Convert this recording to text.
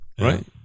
Right